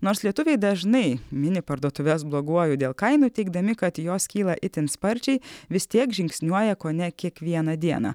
nors lietuviai dažnai mini parduotuves bloguoju dėl kainų teigdami kad jos kyla itin sparčiai vis tiek žingsniuoja kone kiekvieną dieną